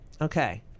Okay